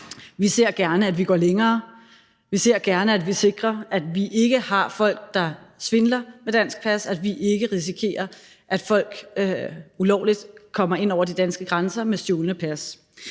Vi ser gerne, at vi går længere. Vi ser gerne, at vi sikrer, at vi ikke har folk, der svindler med dansk pas, og at vi ikke risikerer, at folk ulovligt kommer ind over de danske grænser med stjålne pas.